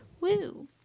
Woo